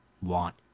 want